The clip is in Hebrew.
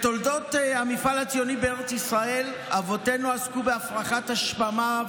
בתולדות המפעל הציוני בארץ ישראל אבותינו עסקו בהפרחת השממה,